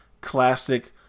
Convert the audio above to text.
classic